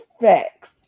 facts